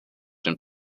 den